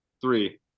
three